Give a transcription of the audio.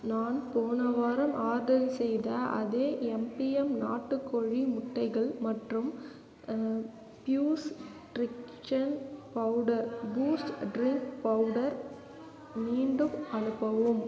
நான் போன வாரம் ஆர்டர் செய்த அதே எம்பிஎம் நாட்டுகோழி முட்டைகள் மற்றும் ப்யூஸ் டிரிக்சன் பவுடர் பூஸ்ட் டிரிங்க் பவுடர் மீண்டும் அனுப்பவும்